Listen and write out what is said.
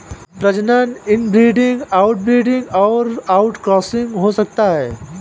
प्रजनन inbreeding, outbreeding और outcrossing हो सकता है